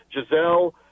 Giselle